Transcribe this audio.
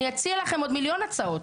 אני אציע לכם עוד מיליון הצעות.